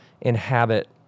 inhabit